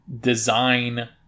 design